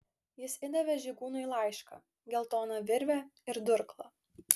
jis įdavė žygūnui laišką geltoną virvę ir durklą